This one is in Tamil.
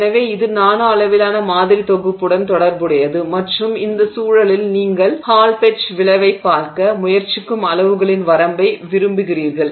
எனவே இது நானோ அளவிலான மாதிரி தொகுப்புடன் தொடர்புடையது மற்றும் இந்த சூழலில் நீங்கள் ஹால் பெட்ச் விளைவைப் பார்க்க முயற்சிக்கும் அளவுகளின் வரம்பை விரும்புகிறீர்கள்